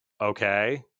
okay